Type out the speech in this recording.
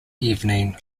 evening